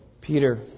Peter